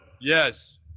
Yes